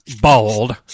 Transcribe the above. bald